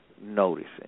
noticing